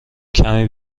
کمی